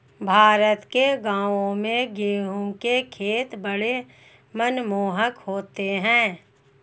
भारत के गांवों में गेहूं के खेत बड़े मनमोहक होते हैं